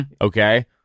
okay